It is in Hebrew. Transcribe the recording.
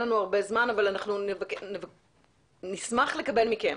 אנחנו נשמח לקבל מכם